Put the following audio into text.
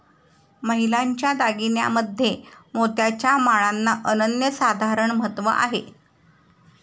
महिलांच्या दागिन्यांमध्ये मोत्याच्या माळांना अनन्यसाधारण महत्त्व आहे